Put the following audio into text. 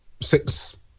six